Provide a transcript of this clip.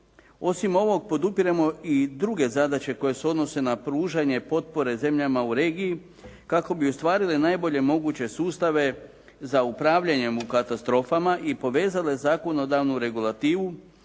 Osim ovog podupiremo i druge zadaće koje se odnose na pružanje potpore zemljama u regiji kako bi ostvarile najbolje moguće sustave za upravljanjem u katastrofama i povezale zakonodavnu regulativu,